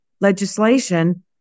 legislation